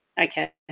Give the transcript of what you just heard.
Okay